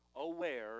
aware